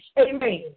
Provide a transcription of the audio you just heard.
Amen